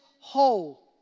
whole